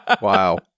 Wow